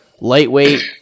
lightweight